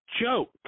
joke